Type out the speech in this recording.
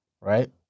right